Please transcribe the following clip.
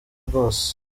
rwose